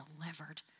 delivered